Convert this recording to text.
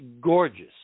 gorgeous